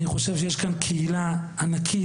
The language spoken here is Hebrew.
אני חושב שיש כאן קהילה ענקית,